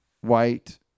white